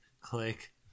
click